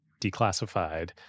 declassified